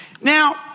Now